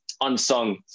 unsung